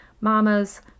mamas